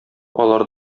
алар